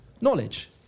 Knowledge